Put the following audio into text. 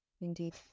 Indeed